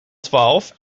twaalf